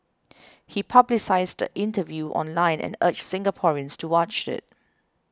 he publicised the interview online and urged Singaporeans to watch it